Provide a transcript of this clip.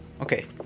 Okay